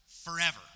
forever